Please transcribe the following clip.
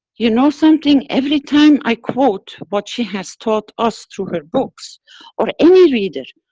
you know something every time i quote what she has taught us through her books or any reader,